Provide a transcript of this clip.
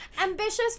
Ambitious